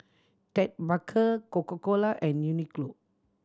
Ted Baker Coca Cola and Uniqlo